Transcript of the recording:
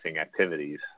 activities